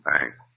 Thanks